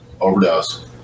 overdose